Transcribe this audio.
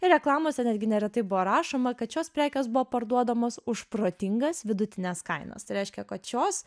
ir reklamose netgi neretai buvo rašoma kad šios prekės buvo parduodamos už protingas vidutines kainas tai reiškia kad šios